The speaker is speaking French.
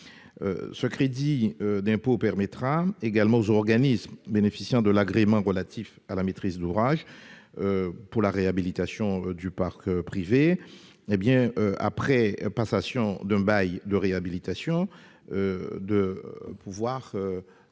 Ce crédit d'impôt permettra également aux organismes bénéficiant de l'agrément relatif à la maîtrise d'ouvrage pour la réhabilitation du parc privé, après passation d'un bail de réhabilitation, de mieux pouvoir engager